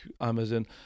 Amazon